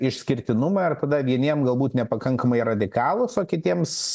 išskirtinumą ar tada vieniem galbūt nepakankamai radikalūs o kitiems